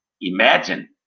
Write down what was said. imagine